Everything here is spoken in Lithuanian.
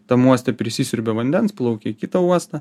tam uoste prisisiurbia vandens plaukia į kitą uostą